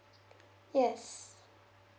yes